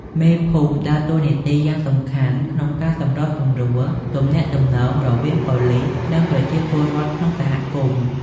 មេភូមិដើរតួនាទីយ៉ាងសំខាន់ក្នុងការសម្របសម្រួលទំនាក់ទំនងរវាងប៉ូលីស និងប្រជាពលរដ្ឋក្នុងសហគមន៍។